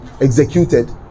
executed